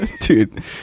Dude